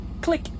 click